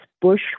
Bush